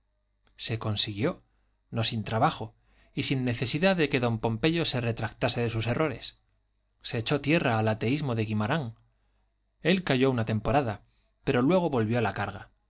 se consiguió no sin trabajo y sin necesidad de que don pompeyo se retractase de sus errores se echó tierra al ateísmo de guimarán él calló una temporada pero luego volvió a la carga